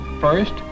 first